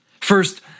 First